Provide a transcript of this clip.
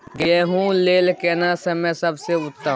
गेहूँ लेल केना समय सबसे उत्तम?